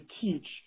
teach